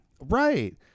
Right